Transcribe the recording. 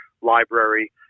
library